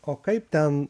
o kaip ten